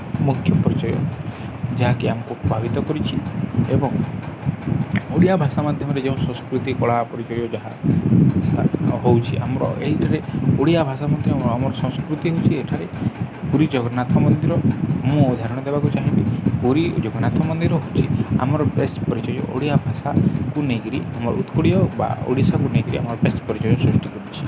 ମୁଖ୍ୟ ପରିଚୟ ଯାହାକି ଆମକୁ ପ୍ରଭାବିତ କରିଛି ଏବଂ ଓଡ଼ିଆ ଭାଷା ମାଧ୍ୟମରେ ଯେଉଁ ସଂସ୍କୃତି କଳା ପରିଚୟ ଯାହ ସ୍ଥାପତ୍ୟ ହେଉଛି ଆମର ଏହିଠାରେ ଓଡ଼ିଆ ଭାଷା ମଧ୍ୟ ଆମର ସଂସ୍କୃତି ହେଉଛି ଏଠାରେ ପୁରୀ ଜଗନ୍ନାଥ ମନ୍ଦିର ମୁଁ ଉଦାହାରଣ ଦେବାକୁ ଚାହିଁବି ପୁରୀ ଜଗନ୍ନାଥ ମନ୍ଦିର ହେଉଛି ଆମର ବେଶ୍ ପରିଚୟ ଓଡ଼ିଆ ଭାଷାକୁ ନେଇକରି ଆମର ଉତ୍କଳୀୟ ବା ଓଡ଼ିଶାକୁ ନେଇକରି ଆମର ବେଶ୍ ପରିଚୟ ସୃଷ୍ଟି କରୁଛି